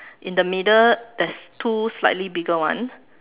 in the middle there's two slightly bigger ones